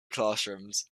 classrooms